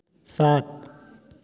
सात